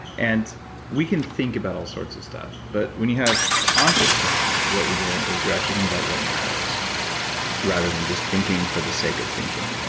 and we can think about all sorts of stuff, but when you have conscious thought what you're doing is you're actually thinking about what matters rather than just thinking for the sake of thinking.